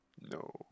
no